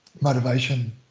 motivation